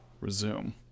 resume